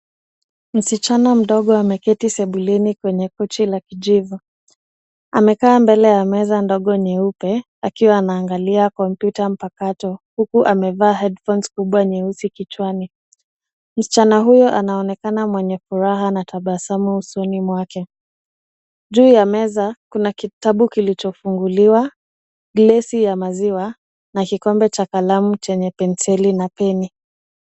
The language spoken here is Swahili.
Msichana mdogo ameketi sebuleni kwenye pochi la kijivu. Amekaa mbele ya meza ndogo nyeupe akiwa anaangalia kompyuta mpakato huku amevaa headphones kubwa nyeusi kichwani. Msichana huyo anaonekana mwenye furaha na tabasamu usoni mwake. Juu ya meza kuna kitabu kilichofunguliwa, gilasi ya maziwa na kikombe cha kalamu chenye penseli na pen .